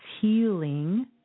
healing